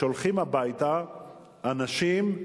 שולחים הביתה אנשים,